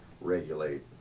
regulate